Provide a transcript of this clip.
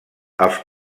els